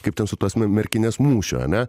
kaip ten su tos merkinės mūšio ane